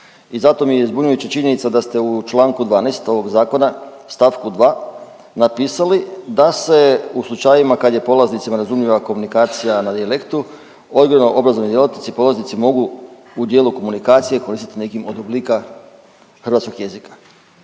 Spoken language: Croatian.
i zato mi je zbunjujuća činjenica da ste u čl. 12 ovog Zakona st. 2 napisali da se u slučajima kad je polaznicima razumljiva komunikacija na dijalektu, odgojno-obrazovni djelatnici i polaznici mogu u dijelu komunikacije koristiti nekim od oblika hrvatskog jezika.